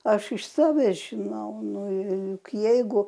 aš iš savęs žinau nu jeigu